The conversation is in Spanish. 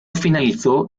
finalizó